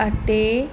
ਅਤੇ